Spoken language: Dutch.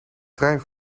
trein